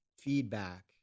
feedback